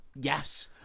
Yes